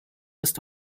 ist